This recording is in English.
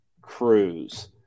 Cruise